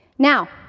now,